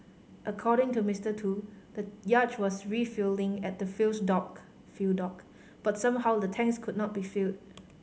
according to Mister Tu the yacht was refuelling at the fuels dock fuel dock but somehow the tanks could not be filled